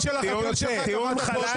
של החתול שלך ------ טיעון חלש,